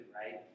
right